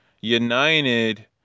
united